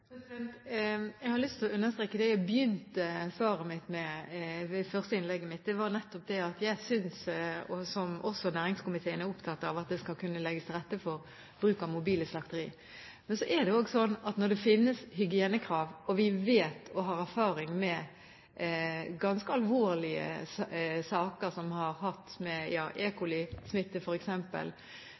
Jeg har lyst til å understreke det jeg begynte med i det første innlegget. Det var nettopp det, som næringskomiteen også er opptatt av, at det skal kunne legges til rette for bruk av mobile slakteri. Men så er det også sånn at når det finnes hygienekrav, og vi vet om, og har erfaring med, ganske alvorlige saker, f.eks. E. coli-smitte, på grunn av mangel på hygiene – i hvert fall har